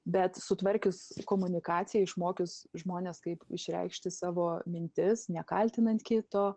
bet sutvarkius komunikaciją išmokius žmones kaip išreikšti savo mintis nekaltinant kito